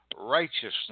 righteousness